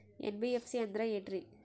NBFC ಅಂದ್ರ ಏನ್ರೀ?